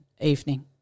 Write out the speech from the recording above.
evening